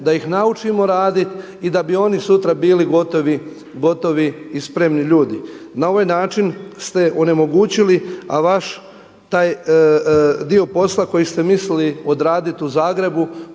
da ih naučimo raditi i da bi oni sutra bili gotovi i spremni ljudi. Na ovaj način ste onemogućili, a vaš taj dio posla koji ste mislili odraditi u Zagrebu